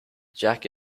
jack